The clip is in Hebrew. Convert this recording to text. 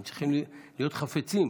הם צריכים להיות חפצים